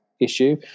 issue